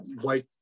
white